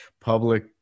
public